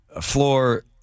floor